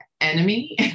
enemy